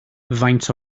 faint